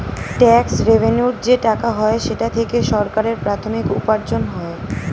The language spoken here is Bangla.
ট্যাক্স রেভেন্যুর যে টাকা হয় সেটা থেকে সরকারের প্রাথমিক উপার্জন হয়